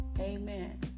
amen